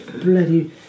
bloody